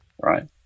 right